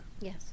Yes